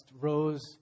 rose